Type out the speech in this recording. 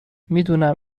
میدونم